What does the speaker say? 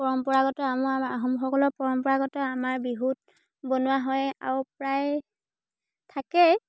পৰম্পৰাগত আমাৰ আহোমসকলৰ পৰম্পৰাগত আমাৰ বিহুত বনোৱা হয় আৰু প্ৰায় থাকেই